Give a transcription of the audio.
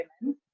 women